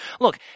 Look